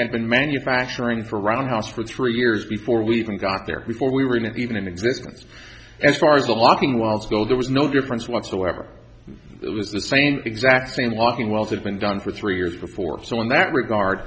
had been manufacturing for around house for three years before we even got there before we weren't even in existence as far as the locking walls go there was no difference whatsoever it was the same exact same locking walls have been done for three years before so in that regard